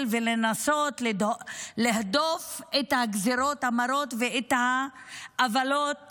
ולנסות להדוף את הגזרות המרות ואת העוולות